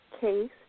case